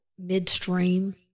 midstream